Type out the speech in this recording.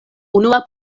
unua